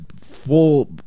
full